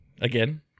again